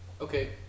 Okay